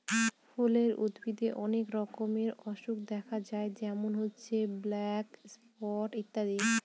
ফুলের উদ্ভিদে অনেক রকমের অসুখ দেখা যায় যেমন ব্ল্যাক স্পট ইত্যাদি